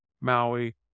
Maui